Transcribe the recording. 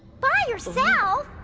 by yourself?